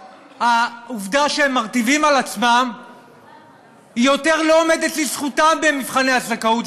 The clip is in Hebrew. העובדה שהם מרטיבים על עצמם היא לא עומדת לזכותם עוד במבחני הזכאות,